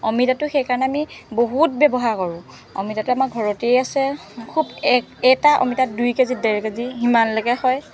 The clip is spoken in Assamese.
আমিতাটো সেইকাৰণে আমি বহুত ব্যৱহাৰ কৰোঁ অমিতাটো আমাৰ ঘৰতেই আছে খুব এ এটা অমিতাত দুই কেজি ডেৰ কেজি সিমানলৈকে হয়